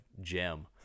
gem